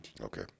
Okay